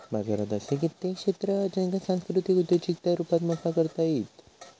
बाजारात असे कित्येक क्षेत्र हत ज्येंका सांस्कृतिक उद्योजिकतेच्या रुपात मोठा करता येईत